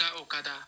Okada